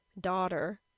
daughter